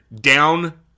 down